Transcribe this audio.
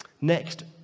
Next